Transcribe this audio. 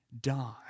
die